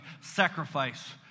sacrifice